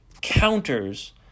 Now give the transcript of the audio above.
counters